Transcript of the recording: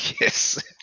Yes